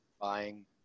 buying